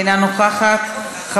אינה נוכחת,